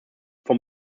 von